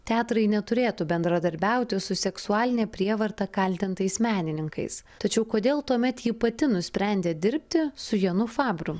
teatrai neturėtų bendradarbiauti su seksualine prievarta kaltintais menininkais tačiau kodėl tuomet ji pati nusprendė dirbti su janu fabru